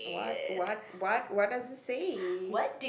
what what what what does it say